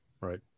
Right